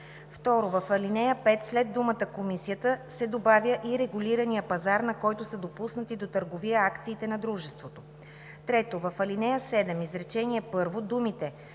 2. В ал. 5 след думата „комисията” се добавя „и регулирания пазар, на който са допуснати до търговия акциите на дружеството”. 3. В ал. 7, изречение първо думите